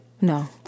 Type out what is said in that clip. no